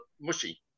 mushy